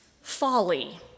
Folly